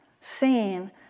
seen